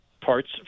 parts